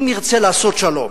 אם נרצה לעשות שלום,